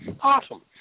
Awesome